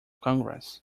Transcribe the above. congress